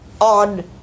on